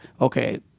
okay